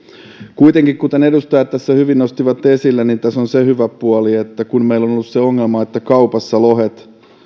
kuitenkin kuten edustajat tässä hyvin nostivat esille tässä on se hyvä puoli että kun meillä on ollut se ongelma että kaupassa lohet